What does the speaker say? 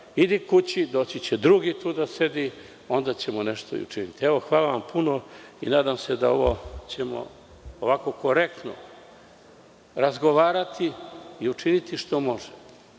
idi kući doći će drugi tu da sedi, onda ćemo nešto i učiniti. Hvala puno i nadam se da ćemo korektno razgovarati i učiniti što možemo,